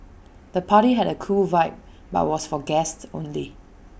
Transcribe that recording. the party had A cool vibe but was for guests only